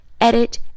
edit